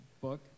book